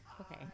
Okay